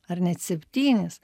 ar net septynis